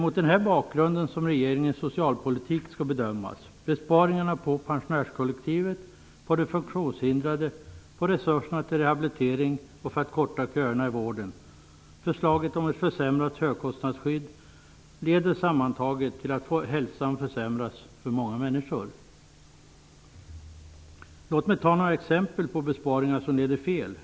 Mot den bakgrunden skall regeringens socialpolitik bedömas. Besparingarna på pensionärskollektivet, på de funktionshindrade och på resurserna till rehabilitering och för att korta köerna i vården liksom förslaget om ett försämrat högkostnadsskydd leder sammantaget till att många människors hälsa försämras. Låt mig ta några exempel på besparingar som leder fel.